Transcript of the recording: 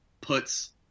puts –